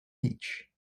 beach